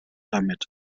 damit